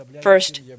First